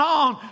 on